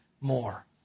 more